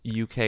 UK